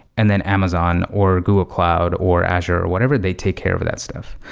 and then amazon, or google cloud, or azure, or whatever, they take care of that stuff.